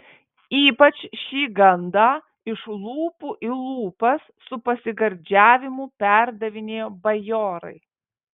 ypač šį gandą iš lūpų į lūpas su pasigardžiavimu perdavinėjo bajorai